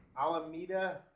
Alameda